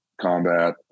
combat